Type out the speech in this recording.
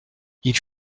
ils